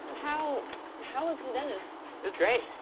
how how was the dentist? it was great.